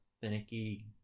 finicky